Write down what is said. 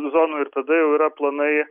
zonų ir tada jau yra planai